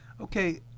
Okay